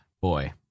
boy